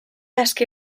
aske